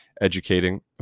educating